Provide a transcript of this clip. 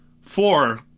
four